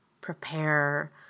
prepare